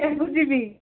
ଏ ମୁଁ ଯିବି